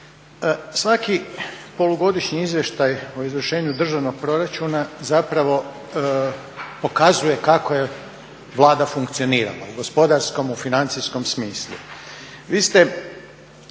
svaki polugodišnji izvještaj o izvršenju državnog proračuna zapravo pokazuje kako je Vlada funkcionirala u gospodarskom, u financijskom smislu.